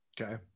okay